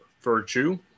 virtue